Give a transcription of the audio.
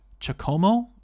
Chacomo